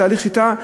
תהליך שחיטה,